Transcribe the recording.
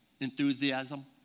enthusiasm